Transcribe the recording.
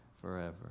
forever